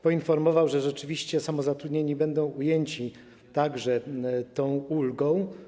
Poinformował, że rzeczywiście samozatrudnieni będą objęci także tą ulgą.